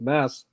Mass